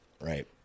Right